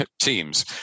teams